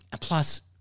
Plus